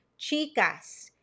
chicas